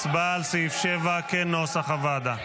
הצבעה על סעיף 7 כנוסח הוועדה.